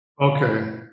Okay